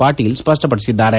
Patil ಸ್ಪಷ್ಷಪಡಿಸಿದ್ದಾರೆ